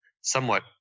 somewhat